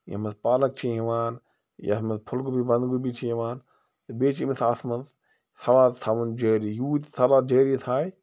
ییٚمہِ منٛز پالَک چھِ یِوان یَتھ منٛز پھل گوٗبی بَندگوٗبی چھِ یِوان تہٕ بیٚیہِ چھِ أمِس اَتھ منٛز سلاد تھاوُن جٲری یوٗت یہِ سلاد جٲری تھاے